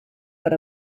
per